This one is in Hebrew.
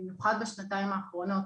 במיוחד בשנתיים האחרונות